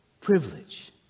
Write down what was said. privilege